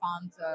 funds